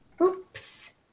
Oops